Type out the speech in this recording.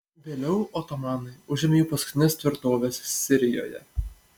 vėliau otomanai užėmė jų paskutines tvirtoves sirijoje